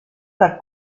per